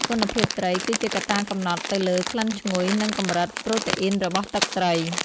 គុណភាពត្រី គឺជាកត្តាកំណត់ទៅលើក្លិនឈ្ងុយ និងកម្រិតប្រូតេអ៊ីនរបស់ទឹកត្រី។